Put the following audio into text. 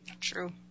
True